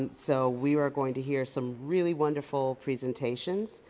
and so we are going to hear some really wonderful presentation.